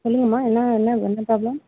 சொல்லுங்கம்மா என்ன என்ன என்ன ப்ராப்ளம்